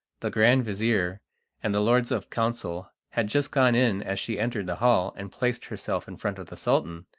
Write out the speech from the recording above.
the grand-vizir and the lords of council had just gone in as she entered the hall and placed herself in front of the sultan.